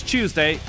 Tuesday